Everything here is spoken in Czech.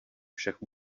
však